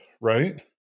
right